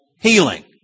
healing